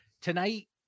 tonight